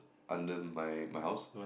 under my my house